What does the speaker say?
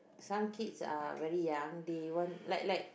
some kids are very young they want like like